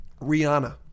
Rihanna